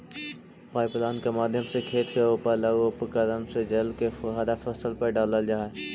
pipeline के माध्यम से खेत के उपर लगल उपकरण से जल के फुहारा फसल पर डालल जा हइ